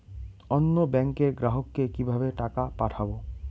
অন্য ব্যাংকের গ্রাহককে কিভাবে টাকা পাঠাবো?